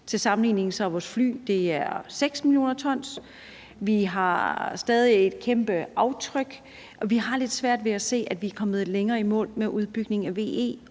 til sammenligning er det for vores flys vedkommende 6 mio. t. Der sættes stadig væk et kæmpe aftryk, og vi har lidt svært ved at se, at vi er kommet nærmere målet med udbygning af VE,